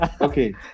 okay